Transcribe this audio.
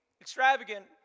extravagant